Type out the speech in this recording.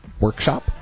workshop